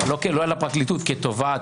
לא על הפרקליטות כתובעת.